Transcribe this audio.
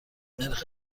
نرخ